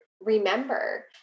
remember